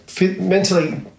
Mentally